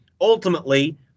ultimately –